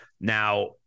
Now